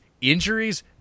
Injuries